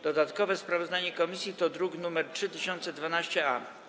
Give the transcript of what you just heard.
Dodatkowe sprawozdanie komisji to druk nr 3012-A.